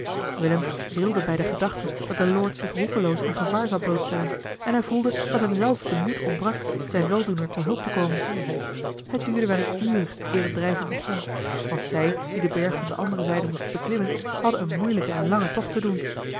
willem rilde bij de gedachte dat de lord zich roekeloos aan gevaar zou blootstellen en hij voelde dat hem zelf de moed ontbrak zijn weldoener te hulp te komen het duurde wel een uur eer het drijven begon want zij die den eli heimans willem roda berg van de andere zijde moesten beklimmen hadden een moeilijken en langen tocht te doen